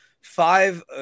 five